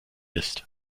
ist